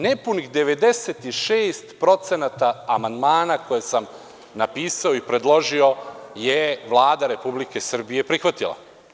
Nepunih 96% amandmana koje sam napisao i predložio je Vlada Republike Srbije prihvatila.